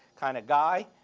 kind of guy.